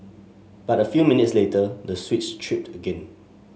but a few minutes later the switch tripped again